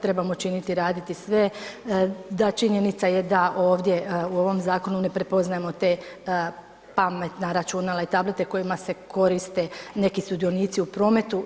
Trebamo činiti i raditi sve, činjenica je da ovdje u ovom zakonu ne prepoznajemo te pametna računala i tablete kojima se koriste neki sudionici u prometu.